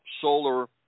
solar